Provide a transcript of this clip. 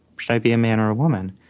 should i be a man or a woman?